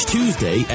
Tuesday